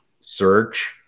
search